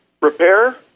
repair